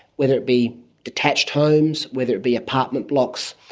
whether it be detached homes, whether it be apartment blocks,